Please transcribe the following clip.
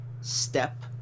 step